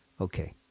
Okay